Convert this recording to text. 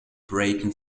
braking